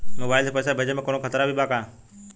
Mobile से पैसा भेजे मे कौनों खतरा भी बा का?